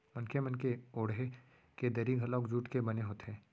मनखे मन के ओड़हे के दरी घलोक जूट के बने होथे